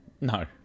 No